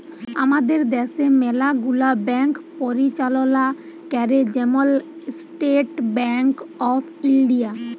আমাদের দ্যাশে ম্যালা গুলা ব্যাংক পরিচাললা ক্যরে, যেমল ইস্টেট ব্যাংক অফ ইলডিয়া